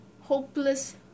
hopeless